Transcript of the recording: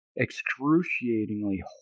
excruciatingly